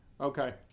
Okay